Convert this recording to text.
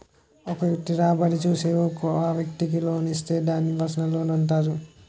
ఒక వ్యక్తి రాబడి చూసి ఆ వ్యక్తికి లోన్ ఇస్తే దాన్ని పర్సనల్ లోనంటారు